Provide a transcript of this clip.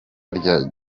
rya